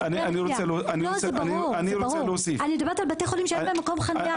אני מדברת על בתי חולים שיש בהם מקום חניה.